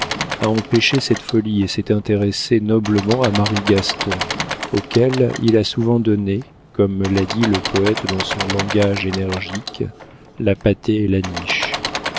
a empêché cette folie et s'est intéressé noblement à marie gaston auquel il a souvent donné comme me l'a dit le poète dans son langage énergique la pâtée et la niche